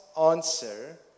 answer